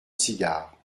cigare